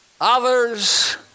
others